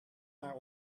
maar